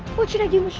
what should i do?